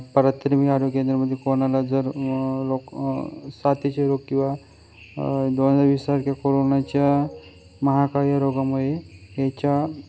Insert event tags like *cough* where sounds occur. *unintelligible* आरोग्य केंद्रामध्ये कोणाला जर लोक साथीचे रोग किंवा दोन हजार वीससारखे कोरोनाच्या महाकाय रोगामुळे ह्याच्या